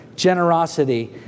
generosity